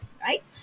right